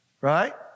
Right